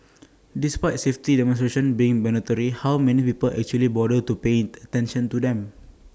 despite safety demonstrations being mandatory how many people actually bother to paying attention to them